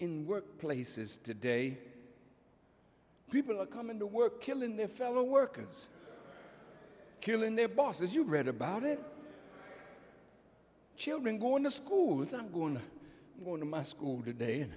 in workplaces today people come into work killing their fellow workers killing their bosses you read about it children going to school them going on in my school today